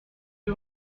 des